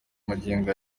magingo